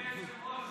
אדוני היושב-ראש,